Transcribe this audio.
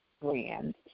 brand